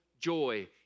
joy